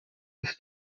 ist